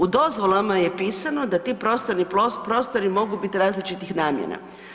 U dozvolama je pisano da ti prostorni prostori mogu biti različitih namjena.